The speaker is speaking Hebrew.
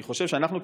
אני חושב שאנחנו,